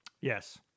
Yes